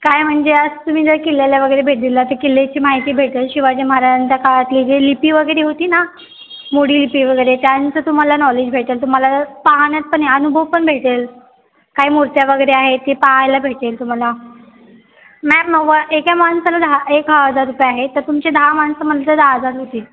काय म्हणजे अस तुम्ही जर किल्ल्याला वगैरे भेट दिला तर किल्ल्याची माहिती भेटंल शिवाजी महाराजांच्या काळातील जे लिपी वगैरे होती ना मोडी लिपी वगैरे त्यांचं तुम्हाला नॉलेज भेटेल तुम्हाला पाहण्यात पण आहे अनुभव पण भेटेल काय मूर्त्या वगैरे आहेत ते पाहायला भेटेल तुम्हाला मॅम नव्वा एका माणसाला दहा एक हजार रुपये आहे तर तुमचे दहा माणसं म्हंटलं दहा हजार होतील